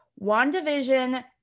WandaVision